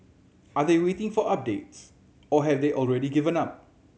are they waiting for updates or have they already given up